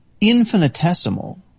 infinitesimal